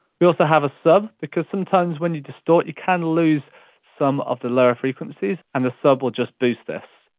we also have a sub, because sometimes when you distort you can lose some of the lower frequencies. and the sub will just boost this.